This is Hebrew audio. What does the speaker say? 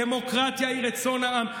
דמוקרטיה היא רצון העם.